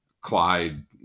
Clyde